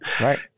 Right